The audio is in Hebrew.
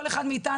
כל אחד מאיתנו.